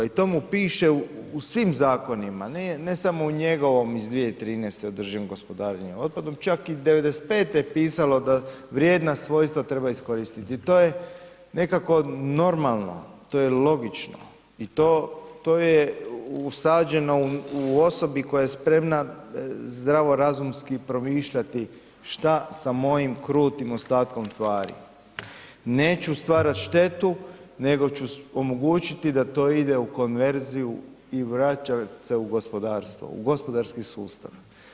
I to mu piše u svim zakonima, ne samo u njegovom iz 2013. o održivom gospodarenju otpadom, čak i '95. je pisalo da vrijedna svojstva treba iskoristiti i to je nekako normalno, to je logično i to je usađeno u osobi koja je spremna zdravorazumski promišljati šta sa mojim krutim ostatkom tvari, neću stvarati štetu nego ću omogućiti da to ide u konverziju i vraća se u gospodarstvo u gospodarski sustav.